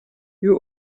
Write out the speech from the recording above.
you